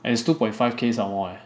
and it's two point five K somemore leh